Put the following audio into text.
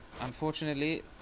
unfortunately